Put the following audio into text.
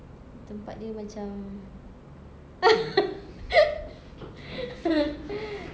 tempat dia macam